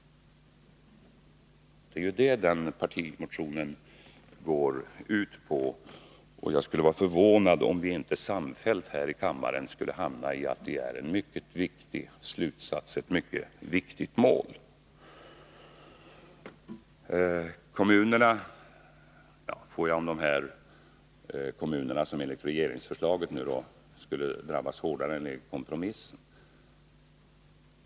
Det är ju det partimotionen går ut på, och jag skulle vara förvånad om vi inte här i kammaren samfällt skulle hålla med om att detta är ett mycket viktigt mål. Sedan till kommunerna som, enligt vad som påstods, skulle drabbas hårdare enligt regeringsförslaget än enligt kompromissförslaget.